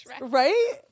Right